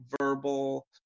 verbal